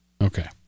Okay